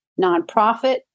nonprofit